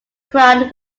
crown